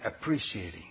appreciating